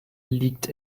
liegt